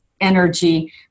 energy